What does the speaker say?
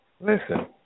listen